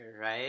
right